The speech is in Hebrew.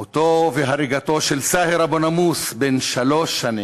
מותו והריגתו של בן סאהר אבו נאמוס, בן שלוש שנים,